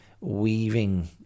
weaving